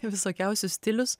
visokiausių stilius